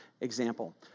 example